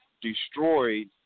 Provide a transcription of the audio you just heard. destroyed